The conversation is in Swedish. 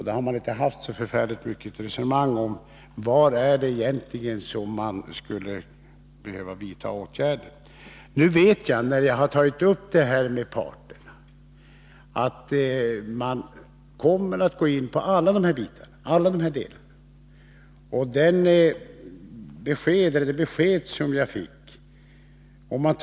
Då har man inte haft så förfärligt stort resonemang om var man egentligen skulle behöva vidta åtgärder. Nu vet jag, sedan jag tagit upp denna fråga med parterna, att de kommer att studera alla olika delar av problemet. Det besked jag fick var följande.